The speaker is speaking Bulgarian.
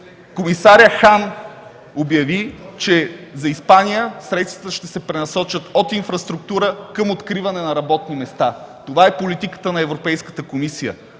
Комисарят Хан обяви, че за Испания средствата ще се пренасочат от инфраструктура към откриване на работни места – това е политиката на Европейската комисия.